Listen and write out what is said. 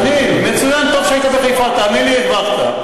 חנין, מצוין, טוב שהיית בחיפה, תאמין לי, הרווחת.